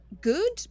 Good